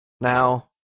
now